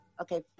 okay